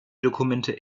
dokumente